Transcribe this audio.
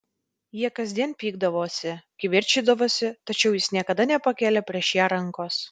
jie kasdien pykdavosi kivirčydavosi tačiau jis niekada nepakėlė prieš ją rankos